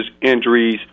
injuries